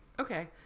Okay